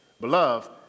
Beloved